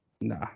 nah